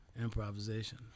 improvisation